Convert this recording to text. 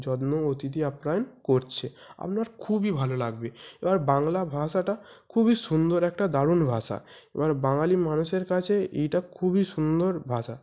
যত্ন অতিথি আপ্যায়ন করছে আপনার খুবই ভালো লাগবে এবার বাংলা ভাষাটা খুবই সুন্দর একটা দারুণ ভাষা এবার বাঙালি মানুষের কাছে এইটা খুবই সুন্দর ভাষা